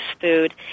food